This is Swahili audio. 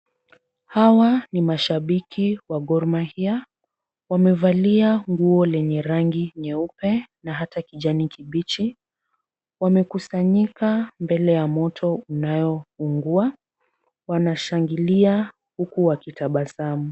Hawa ni mashabiki wa Gor Mahia. Wamevalia nguo lenye rangi nyeupe na hata kijani kibichi. Wamekusanyika mbele ya moto unayo ungua. Wanashangilia huku wakitabasamu.